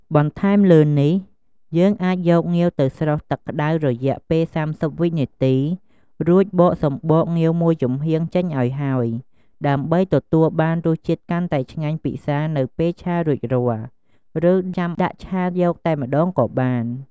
បន្ថែមលើនេះ យើងអាចយកងាវទៅស្រុះទឹកក្តៅរយ:ពេល៣០វិនាទី រួចបកសំបកងាវមួយចំហៀងចេញឲ្យហើយ ដើម្បីទទួលបានរសជាតិកាន់តែឆ្ងាញ់ពិសារនៅពេលឆារួចរាល់ ឬចាំដាក់ឆាយកតែម្តងក៏បាន។